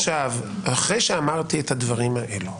אחרי שאמרתי את הדברים האלו,